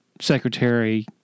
secretary